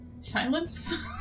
Silence